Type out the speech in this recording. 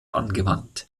angewandt